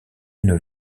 une